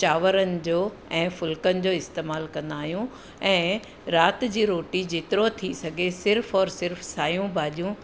चांवरनि जो ऐं फुल्कनि जो इस्तेमालु कंदा आहियूं ऐं राति जी रोटी जेतिरो थी सघे सिर्फ़ु और सिर्फ़ु सायूं भाॼियूं